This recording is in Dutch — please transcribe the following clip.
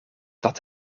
dat